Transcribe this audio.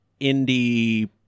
indie